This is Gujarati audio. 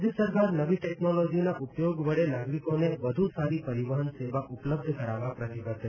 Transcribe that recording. રાજ્ય સરકાર નવી ટેકનોલોજીના ઉપયોગ વડે નાગરિકોને વધુ સારી પરિવહન સેવા ઉપલબ્ધ કરાવવા પ્રતિબધ્ધ છે